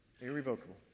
Irrevocable